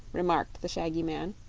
remarked the shaggy man.